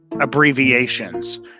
abbreviations